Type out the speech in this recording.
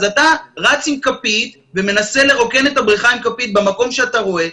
אז אתה רץ עם כפית ומנסה לרוקן את הבריכה עם כפית במקום שאתה רואה,